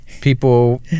people